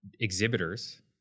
exhibitors